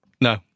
No